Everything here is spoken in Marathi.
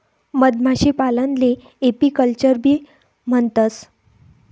मधमाशीपालनले एपीकल्चरबी म्हणतंस